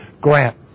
grant